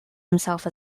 himself